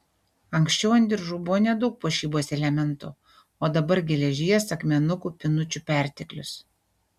anksčiau ant diržų buvo nedaug puošybos elementų o dabar geležies akmenukų pynučių perteklius